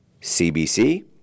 CBC